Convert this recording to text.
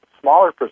smaller